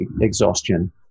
exhaustion